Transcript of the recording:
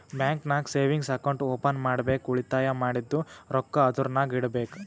bank ನಾಗ್ savings account open ಮಾಡ್ಬೇಕ ಉಳಿತಾಯ ಮಾಡಿದ್ದು ರೊಕ್ಕಾ ಅದುರ್ನಾಗ್ ಇಡಬೇಕ್